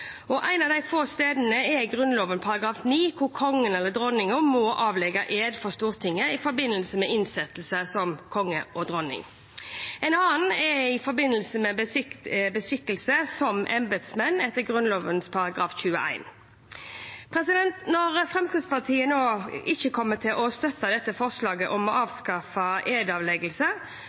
for Stortinget i forbindelse med innsettelse som konge eller dronning. En annen gjelder ved beskikkelse som embetsmenn i henhold til Grunnloven § 21. Når Fremskrittspartiet nå ikke kommer til å støtte forslaget om å avskaffe